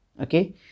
okay